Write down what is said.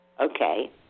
Okay